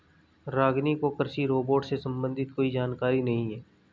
रागिनी को कृषि रोबोट से संबंधित कोई जानकारी नहीं है